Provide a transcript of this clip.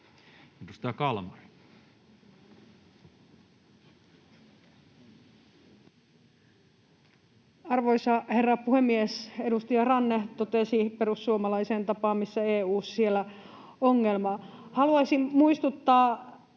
Edustaja Kalmari. Arvoisa herra puhemies! Edustaja Ranne totesi perussuomalaiseen tapaan, että missä EU, siellä ongelma. Haluaisin muistuttaa,